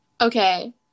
Okay